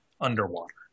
underwater